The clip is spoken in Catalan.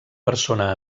persona